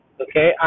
Okay